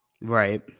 right